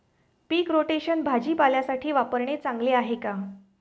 पीक rotation भाजीपाल्यासाठी वापरणे चांगले आहे का?